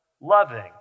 loving